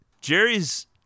Jerry's